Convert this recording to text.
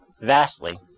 vastly